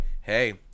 hey